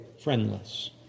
friendless